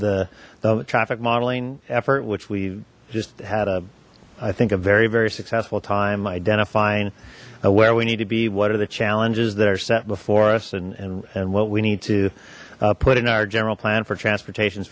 the traffic modeling effort which we just had a i think a very very successful time identifying where we need to be what are the challenges that are set before us and and and what we need to put in our general plan for transportation